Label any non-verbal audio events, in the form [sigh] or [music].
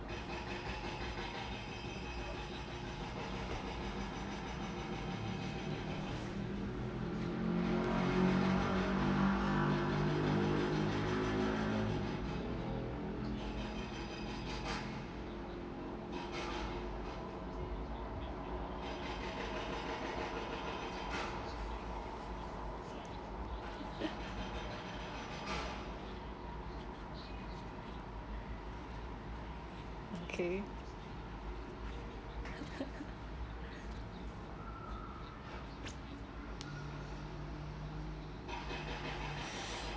okay [laughs]